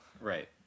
Right